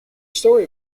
story